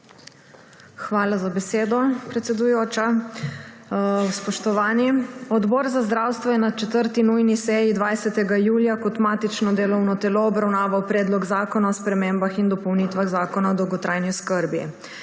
Hvala za besedo, predsedujoča. Spoštovani! Odbor za zdravstvo je na 4. nujni seji 20. julija kot matično delovno telo obravnaval Predlog zakona o spremembah in dopolnitvah Zakona o dolgotrajni oskrbi.